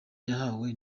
yahawe